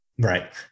Right